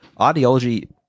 Ideology